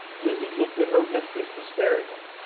lizzie looked at her mistress despairingly.